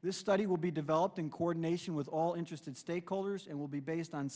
this study will be developed in coordination with all interested stakeholders and will be based on